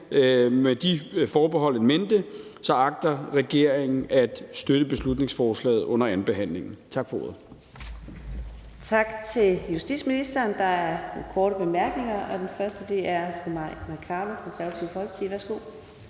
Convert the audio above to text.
med de forbehold in mente agter regeringen at støtte beslutningsforslaget under andenbehandlingen. Tak for ordet.